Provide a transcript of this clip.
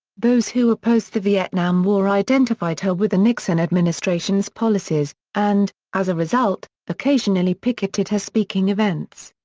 those who opposed the vietnam war identified her with the nixon administration's policies, and, as a result, occasionally picketed her speaking events.